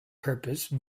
purpose